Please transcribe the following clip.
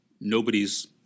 nobody's